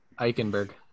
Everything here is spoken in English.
Eichenberg